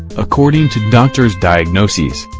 according to doctors' diagnoses,